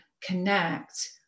connect